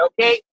okay